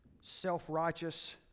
self-righteous